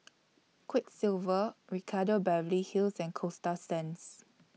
Quiksilver Ricardo Beverly Hills and Coasta Sands